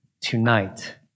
tonight